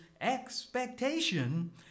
expectation